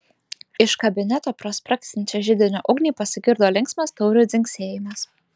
iš kabineto pro spragsinčią židinio ugnį pasigirdo linksmas taurių dzingsėjimas